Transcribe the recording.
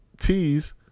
T's